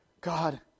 God